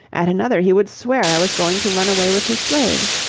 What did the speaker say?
at another he would swear i was going to run away with his slaves.